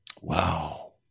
Wow